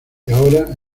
ahora